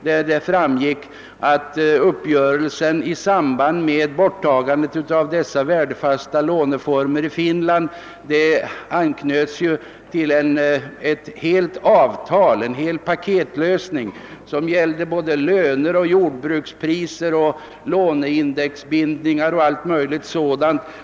Av denna framgick att uppgörelsen i samband med borttagandet av dessa värdefasta låneformer i Finland anknöts till en hel paketlösning, som gällde löner, jordbrukspriser, låneindexbindningar och allt möjligt sådant.